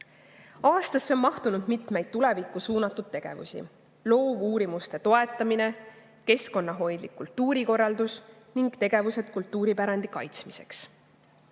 Aastasse on mahtunud mitmeid tulevikku suunatud tegevusi, nagu loovuurimuste toetamine, keskkonnahoidlik kultuurikorraldus ning tegevused kultuuripärandi kaitsmiseks.